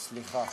סליחה.